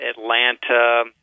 Atlanta